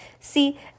See